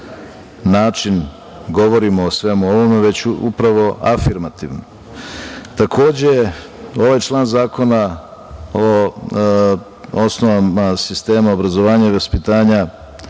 način govorimo o svemu ovome, već upravo afirmativno. Takođe, ovaj član Zakona o osnovama sistema obrazovanja i vaspitanja